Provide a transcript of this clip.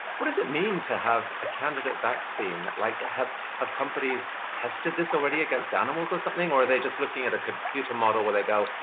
what does it mean to have a candidate vaccine? like, have have companies tested this already against animals or something? or are they just looking at a computer model where they go,